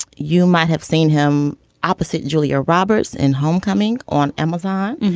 you might have seen him opposite julia roberts in homecoming on amazon.